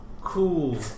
cool